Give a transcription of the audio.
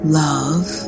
love